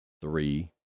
three